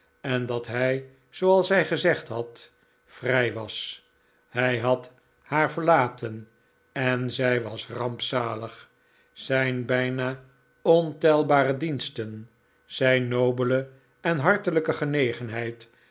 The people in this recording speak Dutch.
en dat hij zooals hij gezegd had vrij was hij had haar verlaten en zij was rampzalig zijn bijna ontelbare diensten zijn nobele en hartelijke genegenheid